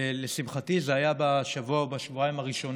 לשמחתי, זה היה בשבוע או בשבועיים הראשונים,